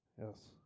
yes